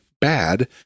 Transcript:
bad